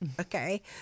okay